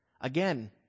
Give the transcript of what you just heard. again